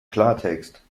klartext